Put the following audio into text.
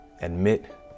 admit